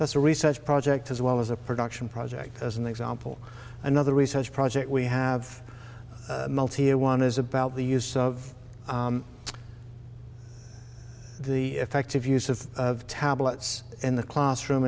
that's a research project as well as a production project as an example another research project we have multi year one is about the use of the effective use of tablets in the classroom